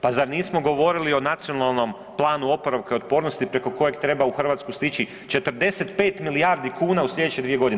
Pa zar nismo govorili o Nacionalnom planu oporavka i otpornosti preko kojeg treba u Hrvatsku stići 45 milijardi kuna u slijedeće 2.g.